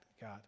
God